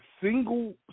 single